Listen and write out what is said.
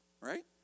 Right